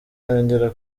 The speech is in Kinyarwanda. yongera